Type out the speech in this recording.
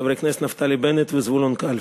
חברי הכנסת נפתלי בנט וזבולון קלפה,